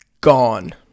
Gone